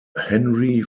henry